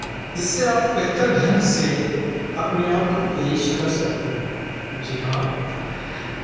जिससे आप बेहतर ढंग से अपने आपको पेश कर सकते है जी हाँ